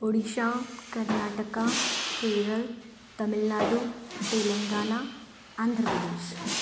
Orissa Karnataka Kerala Tamil Nadu Telangana Andhra Pradesh